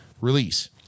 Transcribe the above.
release